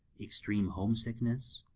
extreme homesickness,